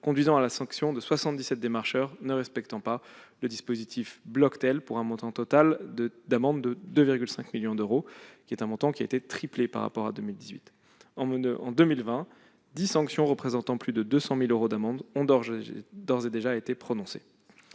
conduisant à la sanction de 77 démarcheurs ne respectant pas le dispositif Bloctel pour un montant total d'amendes de 2,5 millions d'euros- ce montant a été triplé par rapport à 2018. En 2020, dix sanctions représentant plus de 200 000 euros d'amendes ont d'ores et déjà été prononcées.